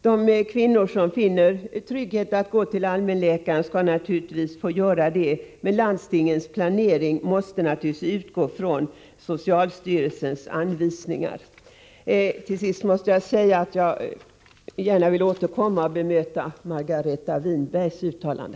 De kvinnor som finner trygghet i att gå till allmänläkarna skall naturligtvis få göra det, men landstingens planering måste utgå från socialstyrelsens anvisningar. Till sist vill jag be att få återkomma i debatten för att bemöta Margareta Winbergs uttalande.